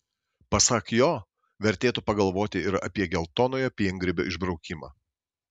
pasak jo vertėtų pagalvoti ir apie geltonojo piengrybio išbraukimą